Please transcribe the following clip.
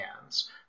hands